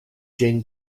dzień